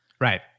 Right